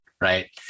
right